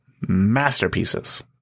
masterpieces